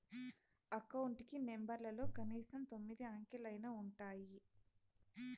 account కి నెంబర్లలో కనీసం తొమ్మిది అంకెలైనా ఉంటాయి